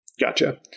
Gotcha